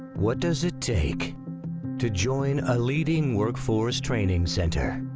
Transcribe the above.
what does it take to join a leading workforce training center?